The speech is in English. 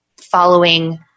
following